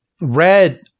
Red